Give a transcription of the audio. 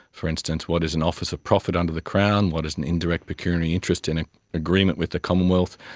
for instance, what is an office of profit under the crown, what is an indirect pecuniary interest in an agreement with the commonwealth.